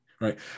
Right